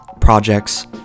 projects